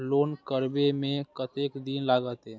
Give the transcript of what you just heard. Loan करबे में कतेक दिन लागते?